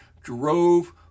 drove